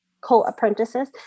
co-apprentices